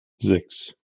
sechs